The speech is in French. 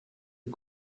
est